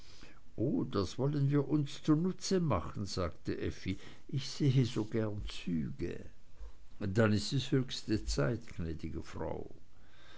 oh das wollen wir uns zunutze machen sagte effi ich sehe so gern züge dann ist es die höchste zeit gnäd'ge frau